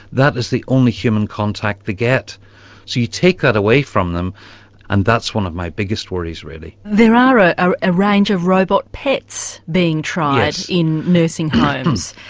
that is the only human contact they get. so you take that away from them and that's one of my biggest worries, really. there are ah are a range of robot pets being tried in nursing homes,